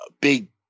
big